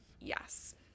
Yes